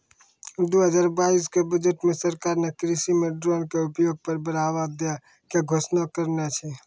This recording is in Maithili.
दू हजार बाइस के बजट मॅ सरकार नॅ कृषि मॅ ड्रोन के उपयोग पर बढ़ावा दै के घोषणा करनॅ छै